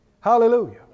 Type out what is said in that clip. Hallelujah